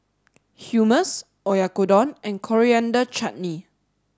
Hummus Oyakodon and Coriander Chutney